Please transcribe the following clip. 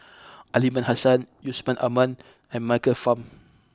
Aliman Hassan Yusman Aman and Michael Fam